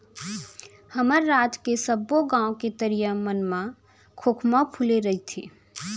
हमर राज के सबो गॉंव के तरिया मन म खोखमा फूले रइथे